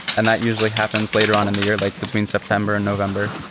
and that usually happens later on in the year, like between september and november.